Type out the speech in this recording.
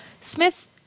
Smith